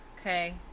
okay